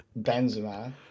Benzema